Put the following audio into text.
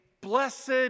blessed